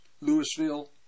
Louisville